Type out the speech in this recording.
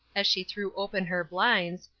as she threw open her blinds,